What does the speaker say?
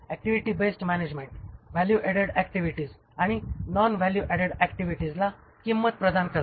activity based management value added activities आणि non value added ऍक्टिव्हिटीजला किंमत प्रदान करते